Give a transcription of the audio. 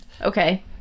Okay